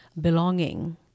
belonging